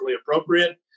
appropriate